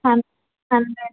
Han hundred